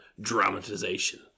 dramatization